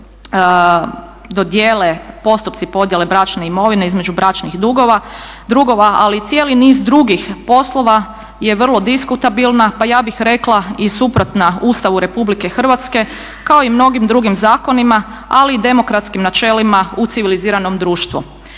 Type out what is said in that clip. dodijele postupci podjele bračne imovine između bračnih drugova, ali i cijeli niz drugih poslova je vrlo diskutabilna pa ja bih rekla i suprotna Ustavu Republike Hrvatske kao i mnogim drugim zakonima, ali i demokratskim načelima u civiliziranom društvu.